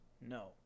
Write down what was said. No